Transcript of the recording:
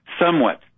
Somewhat